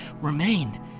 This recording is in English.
remain